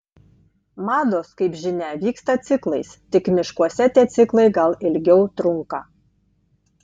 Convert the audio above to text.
mados kaip žinia vyksta ciklais tik miškuose tie ciklai gal ilgiau trunka